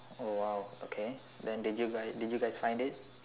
oh !wow! okay then did you guy did you guys find it